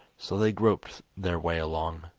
so they groped their way along,